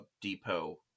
Depot